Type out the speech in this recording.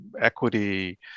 equity